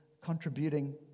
Contributing